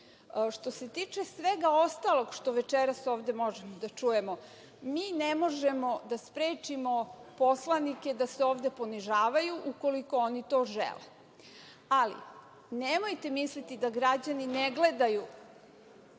se tiče svega ostalog što večeras možemo da čujemo, mi ne možemo da sprečimo poslanike da se ovde ponižavaju, ukoliko oni to žele. Ali, nemojte misliti da građani ne gledaju